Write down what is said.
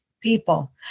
people